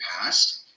past